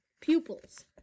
pupils